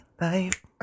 life